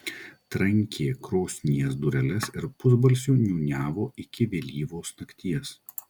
trankė krosnies dureles ir pusbalsiu niūniavo iki vėlyvos nakties